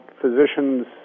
physicians